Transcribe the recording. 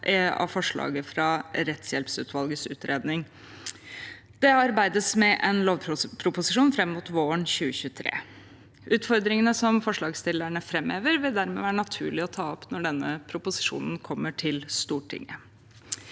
av forslag fra rettshjelpsutvalgets utredning. Det arbeides med en lovproposisjon fram mot våren 2023. Utfordringene som forslagsstillerne framhever, vil dermed være naturlig å ta opp når den proposisjonen kommer til Stortinget.